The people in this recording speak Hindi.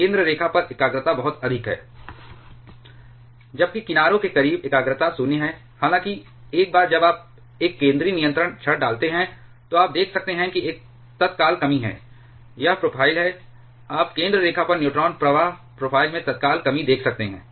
तो केंद्र रेखा पर एकाग्रता बहुत अधिक है जबकि किनारों के करीब एकाग्रता 0 है हालांकि एक बार जब आप एक केंद्रीय नियंत्रण क्षण डालते हैं तो आप देख सकते हैं कि एक तत्काल कमी है यह प्रोफ़ाइल है आप केंद्र रेखा पर न्यूट्रॉन प्रवाह प्रोफ़ाइल में तत्काल कमी देख सकते हैं